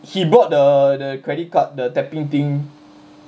he brought the the credit card the tapping thing